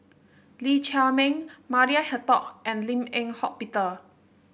Lee Chiaw Meng Maria Hertogh and Lim Eng Hock Peter